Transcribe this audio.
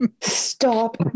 Stop